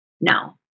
No